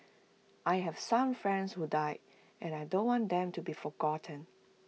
I have some friends who died and I don't want them to be forgotten